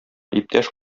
иптәш